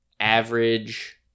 Average